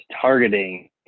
targeting